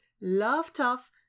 love-tough